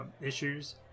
issues